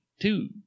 two